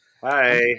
hi